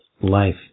life